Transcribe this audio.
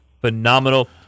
phenomenal